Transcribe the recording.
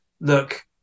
look